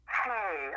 hey